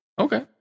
Okay